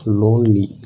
lonely